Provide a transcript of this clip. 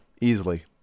easily